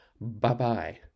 Bye-bye